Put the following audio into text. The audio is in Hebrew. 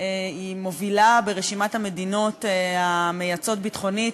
היא מובילה ברשימת המדינות המייצאות יצוא ביטחוני,